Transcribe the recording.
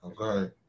Okay